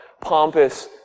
pompous